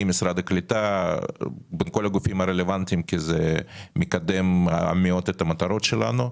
ומשרד הקליטה כי זה מקדם מאוד את המטרות שלנו.